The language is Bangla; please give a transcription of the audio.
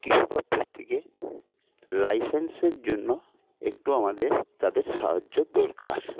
কৃষিদপ্তর থেকে লাইসেন্সের জন্য একটু আমাদের তাদের সাহায্যর দরকার